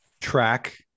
track